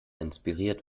inspiriert